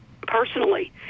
personally